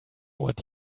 what